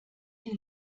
die